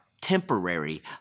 temporary